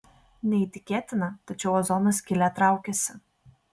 neįtikėtina tačiau ozono skylė traukiasi